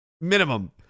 Minimum